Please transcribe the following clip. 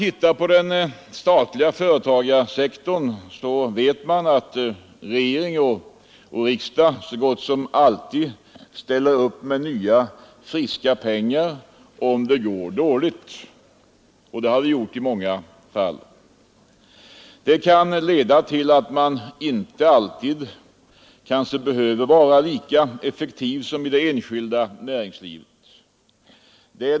Inom den statliga företagssektorn däremot — det vet vi — ställer regering och riksdag så gott som alltid upp med nya, friska pengar om det går dåligt, och det har det gjort i många fall. Detta kan leda till att man inte alltid behöver vara lika effektiv som i det enskilda näringslivet.